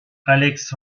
alex